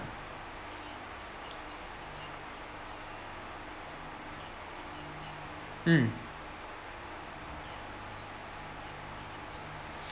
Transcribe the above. mm